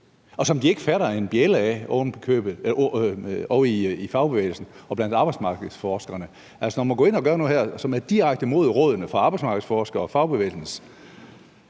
og som de ikke fatter en bjælde af ovre i fagbevægelsen og blandt arbejdsmarkedsforskerne? Altså, når man går ind og gør noget her, som går direkte imod rådene fra arbejdsmarkedsforskere og Fagbevægelsens